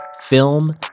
film